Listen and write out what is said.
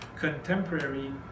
contemporary